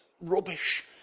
rubbish